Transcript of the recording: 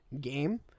game